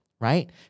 right